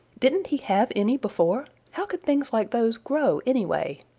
didn't he have any before? how could things like those grow, anyway?